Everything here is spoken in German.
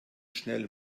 schnell